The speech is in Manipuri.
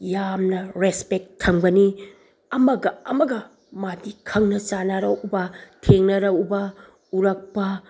ꯌꯥꯝꯅ ꯔꯦꯁꯄꯦꯛ ꯊꯝꯒꯅꯤ ꯑꯃꯒ ꯑꯃꯒ ꯃꯥꯗꯤ ꯈꯪꯅ ꯆꯥꯟꯅꯔꯛꯎꯕ ꯊꯦꯡꯅꯔꯛꯎꯕ ꯎꯔꯛꯄ